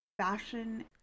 fashion